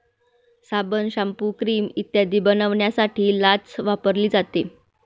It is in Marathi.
साबण, शाम्पू, क्रीम इत्यादी बनवण्यासाठी लाच वापरली जाते